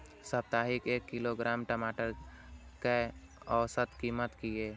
साप्ताहिक एक किलोग्राम टमाटर कै औसत कीमत किए?